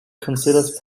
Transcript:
considers